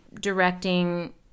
directing